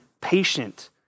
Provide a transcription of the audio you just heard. patient